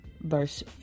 verse